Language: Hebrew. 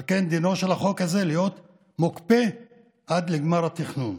על כן דינו של החוק הזה להיות מוקפא עד גמר התכנון.